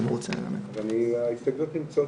ההסתייגויות נמצאות,